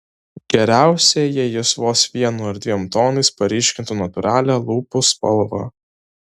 geriausia jei jis vos vienu ar dviem tonais paryškintų natūralią lūpų spalvą